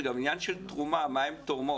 זה גם עניין של תרומה מה הם תורמים.